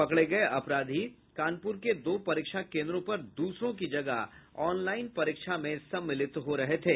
पकड़े गये अपराधरी कानपुर के दो परीक्षा केन्द्रों पर दूसरों की जगह ऑनलाईन परीक्षा में सम्मलित हो रहे थे